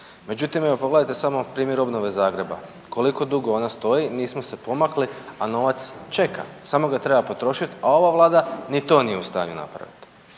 Međutim, evo pogledajte samo primjer obnove Zagreba koliko dugo ona stoji, nismo se pomakli, a novac čeka. Samo ga treba potrošiti, a ova Vlada ni to nije u stanju napraviti.